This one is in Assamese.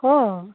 অঁ